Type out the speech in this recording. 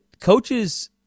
coaches